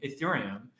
Ethereum